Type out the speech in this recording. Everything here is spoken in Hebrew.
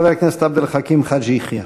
חבר הכנסת עבד אל חכים חאג' יחיא.